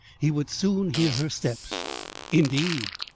he would soon hear her steps indeed,